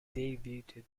debuted